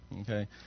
Okay